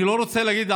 אני לא רוצה להגיד,